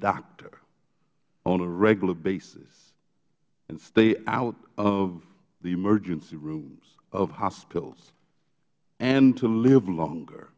doctor on a regular basis and stay out of the emergency rooms of hospitals and to live longer